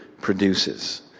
produces